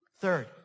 Third